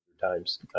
times